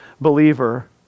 believer